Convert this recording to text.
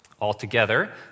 Altogether